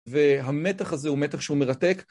והמתח הזה הוא מתח שהוא מרתק.